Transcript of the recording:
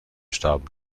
starben